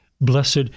Blessed